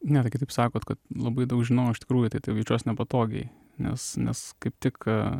ne tai kaip taip sakot kad labai daug žinau iš tikrųjų taip jaučiuos nepatogiai nes nes kaip tik